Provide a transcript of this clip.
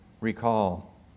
recall